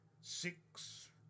six